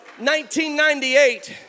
1998